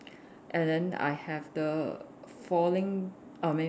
and then I have the falling I mean